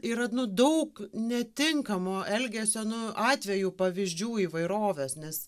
yra nu daug netinkamo elgesio nu atvejų pavyzdžių įvairovės nes